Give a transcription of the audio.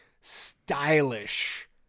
stylish